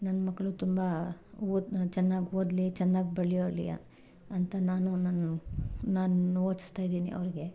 ನನ್ನ ಮಕ್ಕಳು ತುಂಬ ಓದ್ನ ಚೆನ್ನಾಗಿ ಓದಲಿ ಚೆನ್ನಾಗಿ ಬೆಳಿಯಲಿ ಅಂತ ನಾನು ನನ್ನ ನಾನು ಓದಿಸ್ತಾ ಇದ್ದೀನಿ ಅವ್ರಿಗೆ